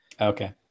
Okay